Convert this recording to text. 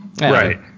Right